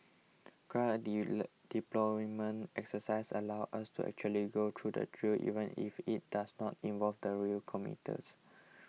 ground deployment exercises allow us to actually go through the drill even if it does not involve the rail commuters